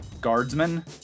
guardsmen